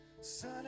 Sun